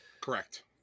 Correct